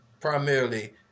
primarily